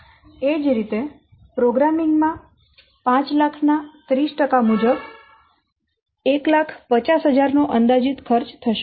એ જ રીતે પ્રોગ્રામીંગ માં 500000 ના 30 મુજબ 150000 નો અંદાજીત ખર્ચ થશે